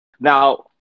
Now